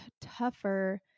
tougher